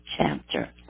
chapter